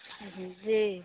जी